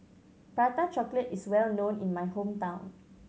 Prata Chocolate is well known in my hometown